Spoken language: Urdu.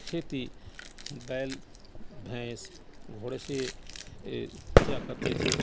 کھیتی بیل بھینس گھوڑے سے کیا کرتے تھے